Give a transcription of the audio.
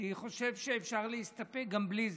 אני חושב שאפשר להסתפק גם בלי זה.